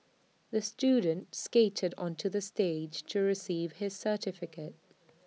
the student skated onto the stage to receive his certificate